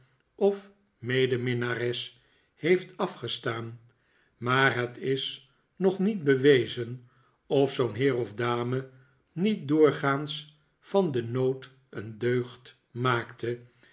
of medeminnares heeft afgestaan maar het is nog niet bewezen of zoo'n heer of dame niet doorgaans van den nood een deugd maakte